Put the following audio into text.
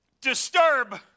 disturb